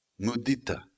mudita